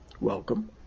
Welcome